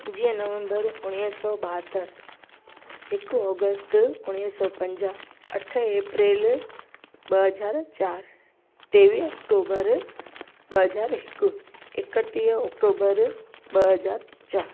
पंजवीह नवंबर उणिवीह सौ ॿाहतरि हिकु ऑगस्ट उणिवीह सौ पंजाह अठ एप्रैल ॿ हज़ार चारि टेवीह ऑक्टोबर ॿ हज़ार हिकु एकटीह ऑक्टोबर ॿ हज़ार चारि